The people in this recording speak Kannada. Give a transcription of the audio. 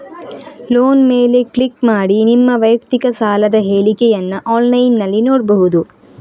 ಲೋನ್ ಮೇಲೆ ಕ್ಲಿಕ್ ಮಾಡಿ ನಿಮ್ಮ ವೈಯಕ್ತಿಕ ಸಾಲದ ಹೇಳಿಕೆಯನ್ನ ಆನ್ಲೈನಿನಲ್ಲಿ ನೋಡ್ಬಹುದು